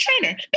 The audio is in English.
trainer